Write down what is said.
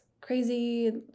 crazy